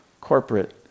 corporate